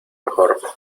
mejor